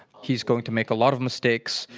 he's going to make a lot of mistakes.